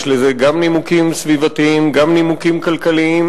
יש לזה גם נימוקים סביבתיים, גם נימוקים כלכליים.